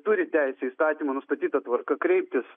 turi teisę įstatymų nustatyta tvarka kreiptis